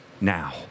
now